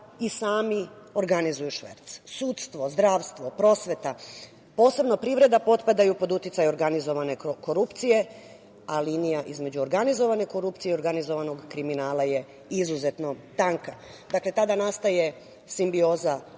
i sami organizuju šverc. Sudstvo, zdravstvo, prosveta, posebno privreda potpadaju pod uticaj organizovane korupcije, a linija između organizovane korupcije i organizovanog kriminala je izuzetno tanka. Tada nastaje simbioza